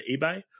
eBay